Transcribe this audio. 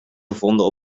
gevonden